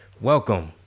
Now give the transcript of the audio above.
welcome